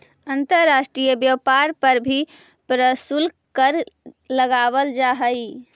अंतर्राष्ट्रीय व्यापार पर भी प्रशुल्क कर लगावल जा हई